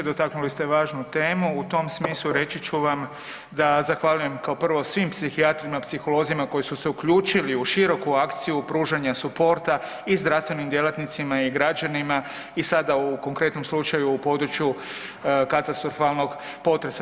Dotaknuli ste važnu temu, u tom smislu reći ću vam da zahvaljujem kao prvo svim psihijatrima i psiholozima koji su se uključili u široku akciju pružanja suporta i zdravstvenim djelatnicima i građanima i sada u konkretnom slučaju u području katastrofalnog potresa.